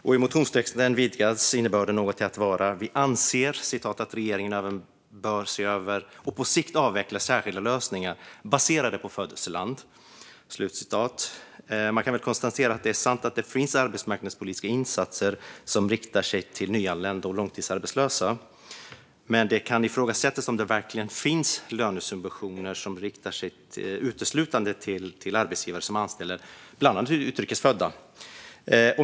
I motionstexten vidgas innebörden något, till att vara: Vi anser att regeringen även bör se över och på sikt avveckla särskilda lösningar baserade på födelseland. Det är sant att det finns arbetsmarknadspolitiska insatser som riktar sig till nyanlända och långtidsarbetslösa. Men det kan ifrågasättas om det verkligen finns lönesubventioner som riktar sig uteslutande till arbetsgivare som anställer bland annat utrikes födda.